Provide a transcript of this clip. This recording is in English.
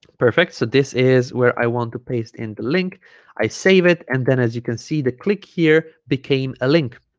perfect so this is where i want to paste in the link i save it and then as you can see the click here became a link